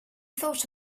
thought